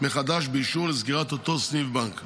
באישור לסגירת אותו סניף בנק.